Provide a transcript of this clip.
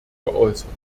geäußert